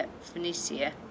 phoenicia